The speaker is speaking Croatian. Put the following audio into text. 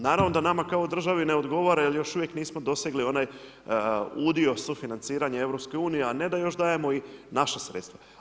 Naravno da nama kao državi ne odgovara jer još uvijek nismo dosegli onaj udio sufinanciranja EU a ne da još dajemo i naša sredstva.